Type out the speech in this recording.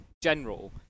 general